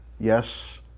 yes